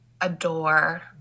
adore